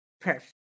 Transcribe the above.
perfect